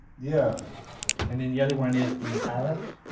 yeah and the the other one is the italics.